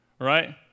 right